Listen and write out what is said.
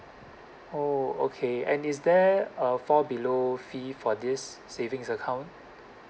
oh okay and is there a fall below fee for this savings account